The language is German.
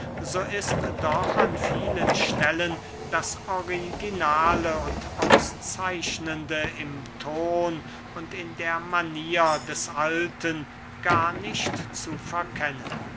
so ist doch an vielen stellen das originale und auszeichnende im ton und in der manier des alten gar nicht zu verkennen